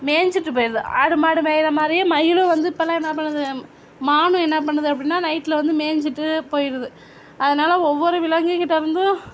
மேஞ்சிவிட்டு போயிருது ஆடு மாடு மேயிற மாதிரியே மயிலும் வந்து இப்போல்லாம் என்ன பண்ணுது மானும் என்ன பண்ணுது அப்படின்னா நைட்டில் வந்து மேஞ்சிவிட்டு போயிருது அதனால் ஒவ்வொரு விலங்குக்கிட்ட இருந்தும்